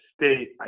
state